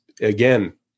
again